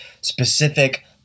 specific